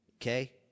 okay